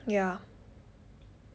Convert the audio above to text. ya